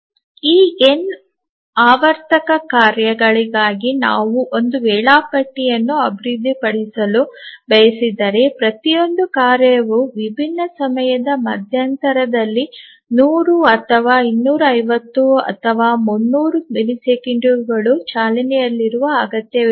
ಈ ಎನ್ ಆವರ್ತಕ ಕಾರ್ಯಗಳಿಗಾಗಿ ನಾವು ಒಂದು ವೇಳಾಪಟ್ಟಿಯನ್ನು ಅಭಿವೃದ್ಧಿಪಡಿಸಲು ಬಯಸಿದರೆ ಪ್ರತಿಯೊಂದು ಕಾರ್ಯವು ವಿಭಿನ್ನ ಸಮಯದ ಮಧ್ಯಂತರದಲ್ಲಿ 100 ಅಥವಾ 250 ಅಥವಾ 300 ಮಿಲಿಸೆಕೆಂಡುಗಳು ಚಾಲನೆಯಲ್ಲಿರುವ ಅಗತ್ಯವಿರುತ್ತದೆ